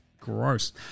Gross